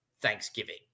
Thanksgiving